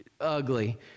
Ugly